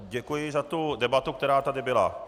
Děkuji za tu debatu, která tady byla.